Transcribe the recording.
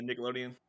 nickelodeon